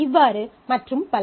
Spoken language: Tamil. இவ்வாறு மற்றும் பல